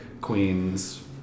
queens